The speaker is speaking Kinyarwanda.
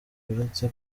uretse